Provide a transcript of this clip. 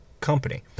Company